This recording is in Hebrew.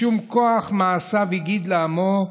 משום "כח מעשיו הגיד לעמו,